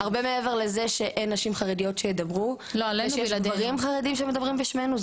הרבה מעבר לזה שאין נשים חרדיות שידברו ושיש גברים חרדים שמדברים בשמנו,